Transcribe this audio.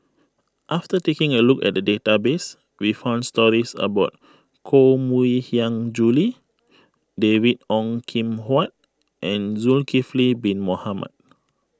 after taking a look at the database we found stories about Koh Mui Hiang Julie David Ong Kim Huat and Zulkifli Bin Mohamed